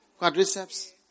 Quadriceps